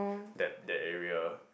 that that area